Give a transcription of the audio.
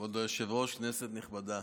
כבוד היושב-ראש, כנסת נכבדה,